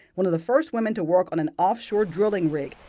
one of the first women to work on an offshore drilling rig.